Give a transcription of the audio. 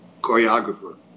choreographer